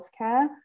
healthcare